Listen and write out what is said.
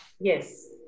Yes